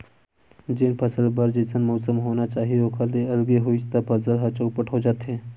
जेन फसल बर जइसन मउसम होना चाही ओखर ले अलगे होइस त फसल ह चउपट हो जाथे